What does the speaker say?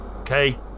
okay